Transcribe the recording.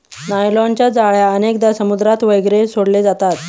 नायलॉनच्या जाळ्या अनेकदा समुद्रात वगैरे सोडले जातात